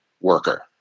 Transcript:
worker